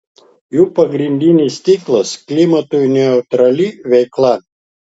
jų pagrindinis tikslas klimatui neutrali veikla